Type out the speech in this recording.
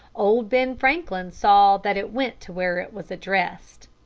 old ben franklin saw that it went to where it was addressed.